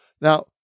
Now